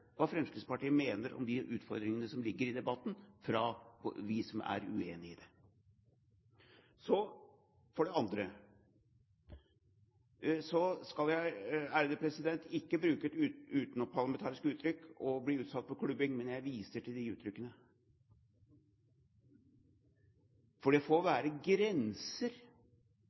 hva Fremskrittspartiet mener om de utfordringene som ligger i debatten fra oss som er uenige i det. For det andre: Jeg skal, ærede president, ikke bruke utenomparlamentariske uttrykk og bli utsatt for klubbing, men jeg viser til de uttrykkene! Det får være grenser